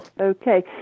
Okay